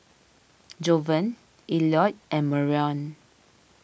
Jovan Elliot and Marion